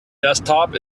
desktop